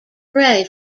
grey